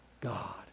God